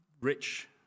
rich